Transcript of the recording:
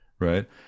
Right